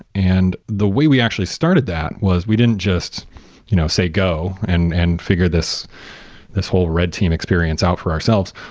and the way we actually started that was we didn't just you know say go and and figure this this whole red team experience out for ourselves,